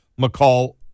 McCall